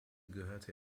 gehörte